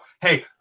hey